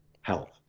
health